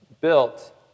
built